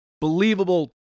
believable